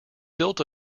built